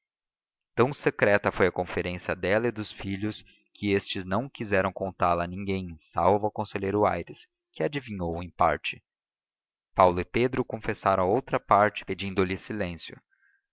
tão secreta foi a conferência dela e dos filhos que estes não quiseram contá-la a ninguém salvo ao conselheiro aires que a adivinhou em parte paulo e pedro confessaram a outra parte pedindo-lhe silêncio